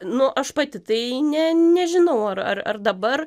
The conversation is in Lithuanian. nu aš pati tai ne nežinau ar ar dabar